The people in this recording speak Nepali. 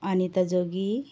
अनिता जोगी